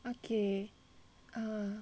okay err